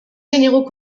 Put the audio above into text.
généraux